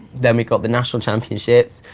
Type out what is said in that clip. then we've got the national championships.